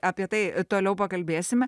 apie tai toliau pakalbėsime